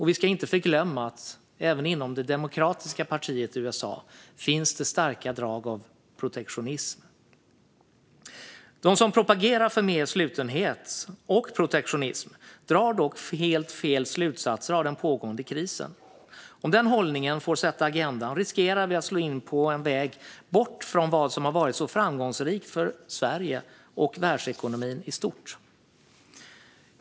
Vi ska heller inte glömma att det även inom det demokratiska partiet i USA finns starka drag av protektionism. De som propagerar för mer slutenhet och protektionism drar dock helt fel slutsatser av den pågående krisen. Om den hållningen får sätta agendan riskerar vi att slå in på en väg bort från vad som har varit så framgångsrikt för Sverige och världsekonomin i stort.